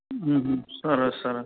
હં હં સરસ સરસ